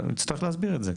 הוא יצטרך להסביר את זה,